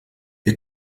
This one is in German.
ihr